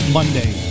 Monday